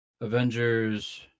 Avengers